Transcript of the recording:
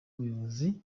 ubuyobozi